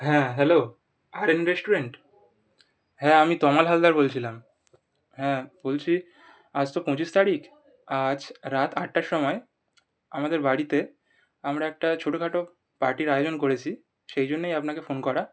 হ্যাঁ hello R M restaurant হ্যাঁ আমি তমাল হালদার বলছিলাম হ্যাঁ বলছি আজ তো পঁচিশ তারিখ আজ রাত আটটার সময় আমাদের বাড়িতে আমরা একটা ছোটো খাটো পার্টির আয়োজন করেছি সেই জন্যই আপনাকে ফোন করা